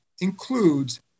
includes